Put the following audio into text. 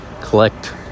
Collect